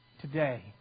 Today